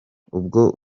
ubwo